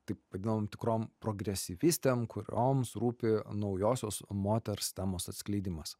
taip vadinamom tikrom progresyvistėm kurioms rūpi naujosios moters temos atskleidimas